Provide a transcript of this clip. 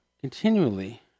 continually